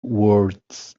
words